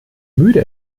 müde